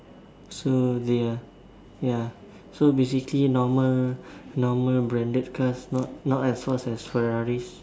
so ya ya so basically normal branded cars not as fast as ferraries